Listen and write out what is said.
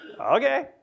Okay